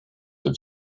have